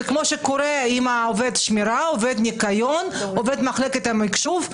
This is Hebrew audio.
זה כמו שקורה עם עובד שמירה או עובד ניקיון או עובד מחלקת המחשוב.